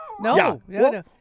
No